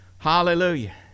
Hallelujah